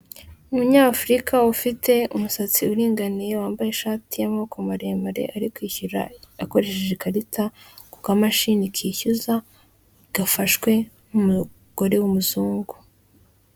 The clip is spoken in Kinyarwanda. Umunyafurika ufite umusatsi uringaniye wambaye ishati y'amaboko maremare, ari kwishyura akoresheje ikarita ku kamashini kishyuza gafashwe n'umugore w'umuzungu.